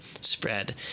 spread